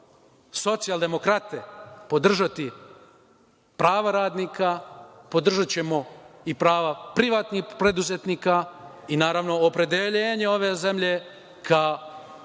socijaldemokrate podržati prava radnika, podržaćemo i prava privatnih preduzetnika i naravno opredeljenje ove zemlje ka